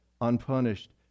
unpunished